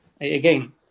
again